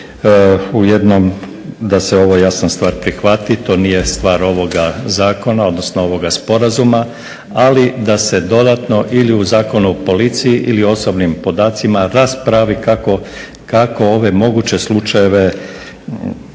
u jednom, da se ovo jasna stvar prihvati, to nije stvar ovoga zakona odnosno ovoga sporazuma, ali da se dodatno ili u Zakonu o policiji ili osobnim podacima raspravi kako ove moguće slučajeve